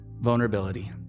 Vulnerability